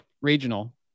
regional